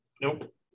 Nope